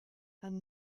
and